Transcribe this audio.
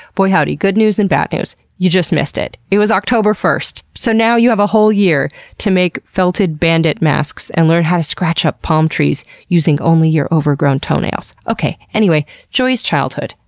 boy howdy. good news and bad news. you just missed it. it was october first. so now you have a whole year to make felted bandit masks, and learn how to scratch up palm trees using only your overgrown toenails. okay, anyway, joy's childhood,